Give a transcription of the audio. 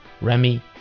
Remy